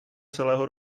celého